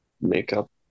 makeup